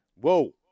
Whoa